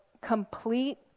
complete